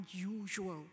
unusual